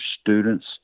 students